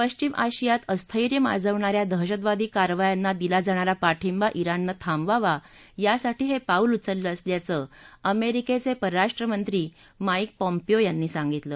पश्विम आशियात अस्थैर्य माजवणा या दहशतवादी कारवायांना दिला जाणारा पाठिंबा जिणनं थांबवावा यासाठी हे पाऊल उचललं असल्याचं अमेरिकेचे परराष्ट्र मंत्री माईक पॅम्पीओ यांनी सांगितलं